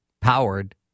powered